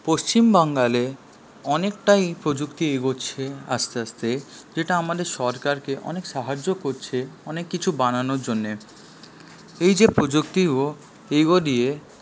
পশ্চিম বাংলায় অনেকটাই প্রযুক্তি এগোচ্ছে আস্তে আস্তে যেটা আমাদের সরকারকে অনেক সাহায্য করছে অনেক কিছু বানানোর জন্যে এই যে প্রযুক্তিও এগোলে